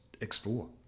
explore